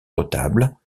retables